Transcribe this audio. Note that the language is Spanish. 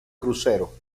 crucero